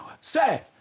Say